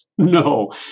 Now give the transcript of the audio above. No